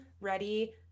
ready